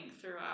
throughout